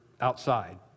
outside